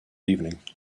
evening